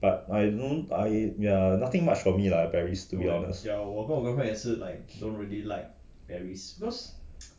but I know I yeah nothing much for me lah paris to be honest